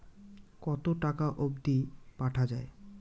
কতো টাকা অবধি পাঠা য়ায়?